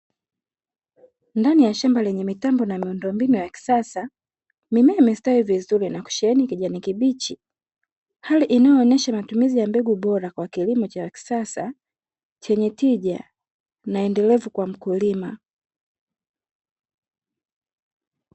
Ndani ya shamban lenye mitambo na miundombinu ya kisasa. Mimea imestawi vizuri na kusheheni kijani kibichi. Hali inayoonesha matumizi ya mbegu bora kwa kilimo cha kisasa, chenye tija na endelevu kwa mkulima.